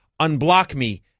unblockme